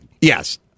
Yes